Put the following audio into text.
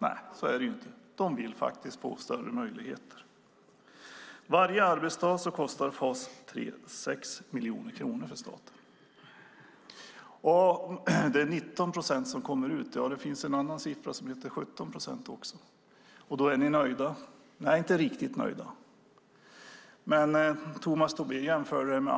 Nej, så är det inte. De vill faktiskt få större möjligheter. Varje arbetsdag kostar fas 3 staten 6 miljoner kronor. Det sades att det är 19 procent som kommer ut, men det finns också en annan siffra som säger 17 procent. Då är ni nöjda. Nej, inte riktigt nöjda. Tomas Tobé jämförde med